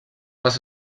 les